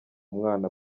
umwana